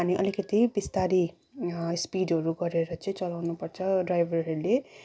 अनि अलिकति बिस्तारी स्पिडहरू गरेर चाहिँ चलाउनु पर्छ ड्राइभरहरूले